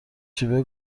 شیوه